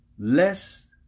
Less